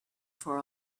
for